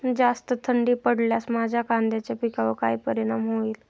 जास्त थंडी पडल्यास माझ्या कांद्याच्या पिकावर काय परिणाम होईल?